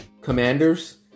Commanders